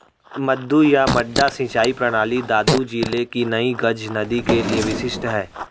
मद्दू या मड्डा सिंचाई प्रणाली दादू जिले की नई गज नदी के लिए विशिष्ट है